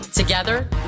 Together